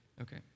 Okay